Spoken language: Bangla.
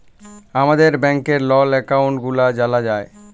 আমাদের ব্যাংকের লল একাউল্ট গুলা জালা যায়